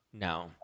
No